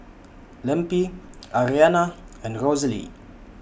Lempi Ariana and Rosalee